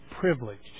privileged